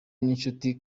n’inshuti